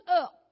up